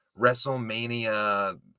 WrestleMania